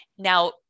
Now